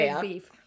beef